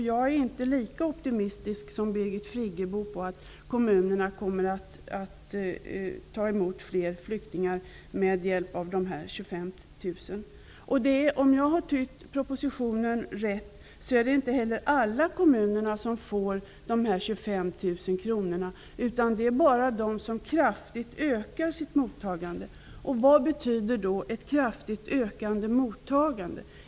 Jag är inte lika optimistisk som Birgit Friggebo när det gäller detta med att kommunerna kommer att ta emot fler flyktingar med hjälp av de 25 000 kronorna. Om jag har tytt propositionen rätt är det inte heller alla kommuner som får de 25 000 kronorna, utan det gäller bara de kommuner som kraftigt ökar sitt mottagande. Vad betyder då ett kraftigt ökande mottagande?